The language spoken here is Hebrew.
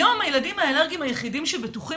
היום הילדים האלרגיים היחידים שבטוחים